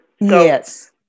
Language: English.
Yes